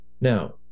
Now